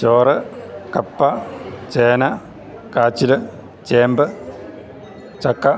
ചോറ് കപ്പ ചേന കാച്ചിൽ ചേമ്പ് ചക്ക